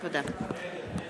(קוראת בשמות חברי הכנסת)